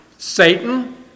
Satan